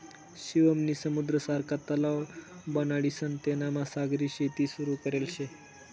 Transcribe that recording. शिवम नी समुद्र सारखा तलाव बनाडीसन तेनामा सागरी शेती सुरू करेल शे